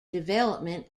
development